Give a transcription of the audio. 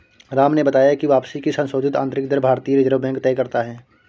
राम ने बताया की वापसी की संशोधित आंतरिक दर भारतीय रिजर्व बैंक तय करता है